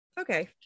okay